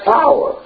power